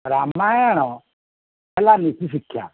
ରାମାୟଣ ହେଲା ନୀତିଶିକ୍ଷା